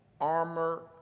armor